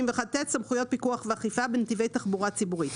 "סמכויות פיקוח ואכיפה בנתיבי תחבורה ציבורית